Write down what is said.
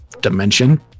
dimension